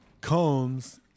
Combs